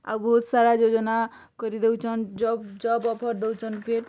ଆଉ ବହୁତ୍ ସାରା ଯୋଜନା କରି ଦଉଛନ୍ ଜବ୍ ଜବ୍ ଅଫର୍ ଦଉଛନ୍ ଫିର୍